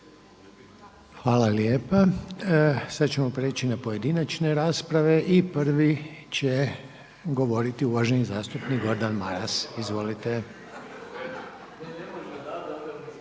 Hvala lijepa. Sad ćemo prijeći na pojedinačne rasprave i prvi će govoriti uvaženi zastupnik Gordan Maras. Izvolite.